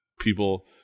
people